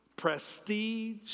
prestige